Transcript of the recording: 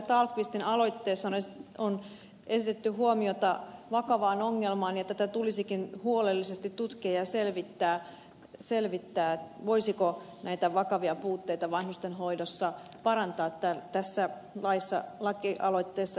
tallqvistin aloitteessa on kiinnitetty huomiota vakavaan ongelmaan ja tätä tulisikin huolellisesti tutkia ja selvittää voisiko näitä vakavia puutteita vanhustenhoidossa parantaa tässä lakialoitteessa esitetyllä tavalla